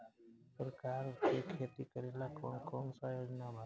सरकार के खेती करेला कौन कौनसा योजना बा?